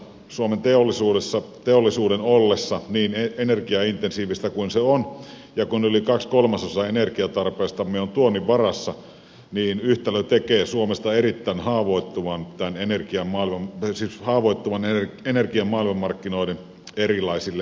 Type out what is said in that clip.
kun suomen teollisuudessa teollisuus on niin energiaintensiivistä kuin se on ja kun yli kaksi kolmasosaa energiantarpeestamme on tuonnin varassa niin yhtälö tekee suomesta erittäin haavoittuvan energian maailmanmarkkinoiden erilaisille häiriötekijöille